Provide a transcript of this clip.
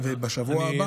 ובשבוע הבא,